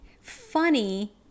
funny